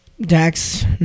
Dax